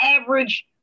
average